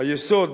היסוד